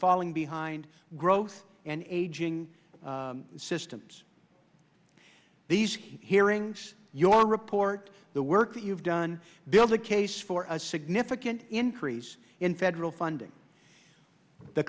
falling behind growth and aging systems these hearings your report the work that you've done build a case for a significant increase in federal funding the